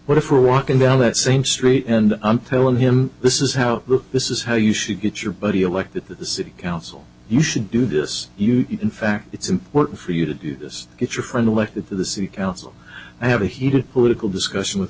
what if we're walking down that same street and i'm telling him this is how this is how you should get your buddy elected the city council you should do this you in fact it's important for you to do this if your friend elected to the city council i have a heated political discussion with